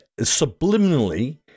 subliminally